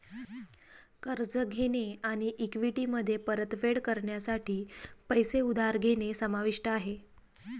कर्ज घेणे आणि इक्विटीमध्ये परतफेड करण्यासाठी पैसे उधार घेणे समाविष्ट आहे